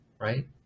right